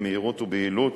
במהירות וביעילות,